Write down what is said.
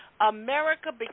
America